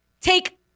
take